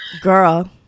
Girl